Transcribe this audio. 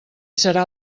serà